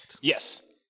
Yes